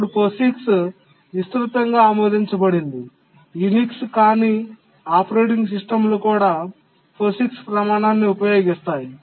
ఇప్పుడు POSIX విస్తృతంగా ఆమోదించబడింది యునిక్స్ కాని ఆపరేటింగ్ సిస్టమ్లు కూడా POSIX ప్రమాణాన్ని ఉపయోగిస్తాయి